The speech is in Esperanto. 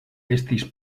estis